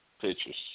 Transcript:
Pictures